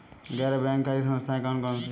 गैर बैंककारी संस्थाएँ कौन कौन सी हैं?